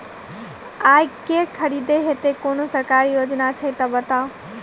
आइ केँ खरीदै हेतु कोनो सरकारी योजना छै तऽ बताउ?